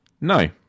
no